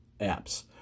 apps